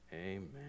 Amen